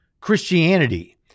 Christianity